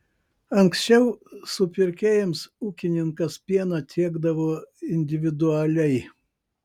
anksčiau supirkėjams ūkininkas pieną tiekdavo individualiai